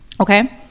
Okay